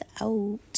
out